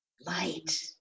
Light